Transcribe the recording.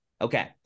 Okay